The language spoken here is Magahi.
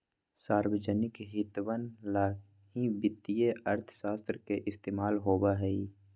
सार्वजनिक हितवन ला ही वित्तीय अर्थशास्त्र के इस्तेमाल होबा हई